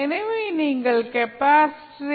எனவே நீங்கள் கெப்பாசிட்டரை capacitor